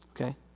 okay